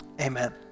Amen